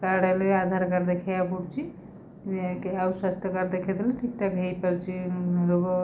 card ହେଲେ ଆଧାରକାର୍ଡ଼ ଦେଖେଇବାକୁ ପଡ଼ୁଛି ଆଉ ସ୍ୱାସ୍ଥ୍ୟକାର୍ଡ଼ ଦେଖେଇଦେଲେ ଠିକ୍ ଠାକ୍ ହେଇପାରୁଛି ରୋଗ